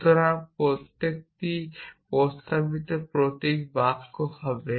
সুতরাং প্রতিটি প্রস্তাবিত প্রতীক বাক্য হবে